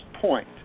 point